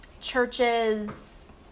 churches